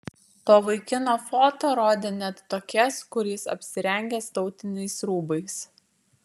to vaikino foto rodė net tokias kur jis apsirengęs tautiniais rūbais